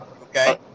okay